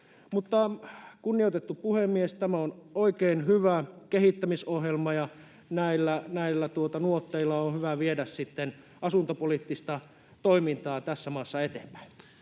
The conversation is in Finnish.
Kunnioitettu puhemies! Tämä on oikein hyvä kehittämisohjelma, ja näillä nuoteilla on hyvä viedä sitten asuntopoliittista toimintaa tässä maassa eteenpäin.